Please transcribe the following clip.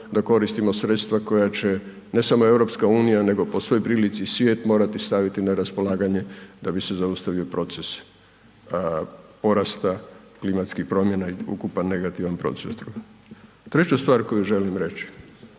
da koristimo sredstva koja će, ne samo EU, nego po svojoj prilici i svijet, morati staviti na raspolaganje da bi se zaustavio proces porasta klimatskih promjena i ukupan negativan .../Govornik se ne razumije./... Treću stvar koju želim reći.